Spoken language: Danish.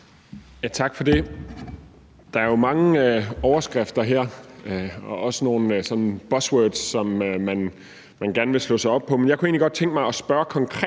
tak for det. Der er jo mange overskrifter her, også nogle med nogle buzzwords, som man gerne sådan vil slå sig op på. Men jeg kunne godt tænke mig at spørge om noget